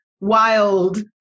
wild